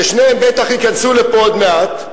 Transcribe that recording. ששניהם בטח ייכנסו לפה עוד מעט,